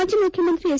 ಮಾಜಿ ಮುಖ್ಯಮಂತ್ರಿ ಎಚ್